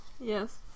Yes